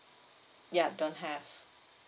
ya don't have